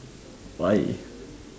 why